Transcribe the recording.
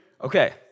Okay